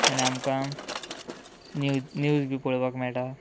आनी आमकां news news बी पळोवपाक मेळटा